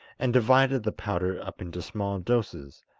and divided the powder up into small doses,